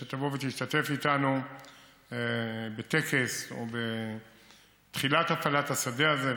שתבוא ותשתתף איתנו בטקס או בתחילת הפעלת השדה הזה,